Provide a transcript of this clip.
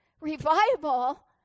revival